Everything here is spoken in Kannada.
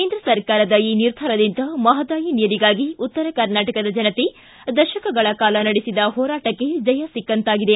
ಕೇಂದ್ರ ಸರ್ಕಾರದ ಈ ನಿರ್ಧಾರದಿಂದ ಮಹದಾಯಿ ನೀರಿಗಾಗಿ ಉತ್ತರ ಕರ್ನಾಟಕದ ಜನತೆ ದಶಕಗಳ ಕಾಲ ನಡೆಸಿದ ಹೋರಾಟಕ್ಕೆ ಜಯ ಸಿಕ್ಕಂತಾಗಿದೆ